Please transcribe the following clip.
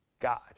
God